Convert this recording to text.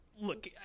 Look